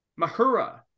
Mahura